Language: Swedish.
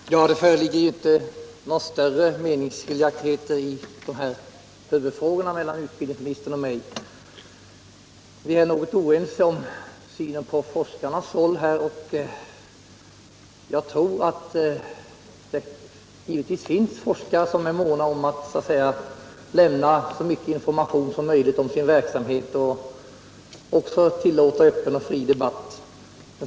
Herr talman! Det föreligger inte några större meningsskiljaktigheter mellan utbildningsministern och mig i huvudfrågorna. Vi är något oense om synen på forskarnas roll. Jag tror givetvis att det finns forskare som är måna om att lämna så mycket information som möjligt om sin verksamhet och tillåta öppen och fri debatt.